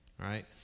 right